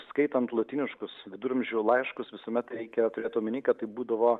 skaitant lotyniškus viduramžių laiškus visuomet reikia turėt omeny kad tai būdavo